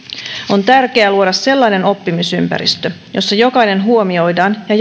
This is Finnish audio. on tärkeää luoda sellainen oppimisympäristö jossa jokainen huomioidaan ja